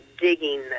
digging